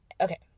Okay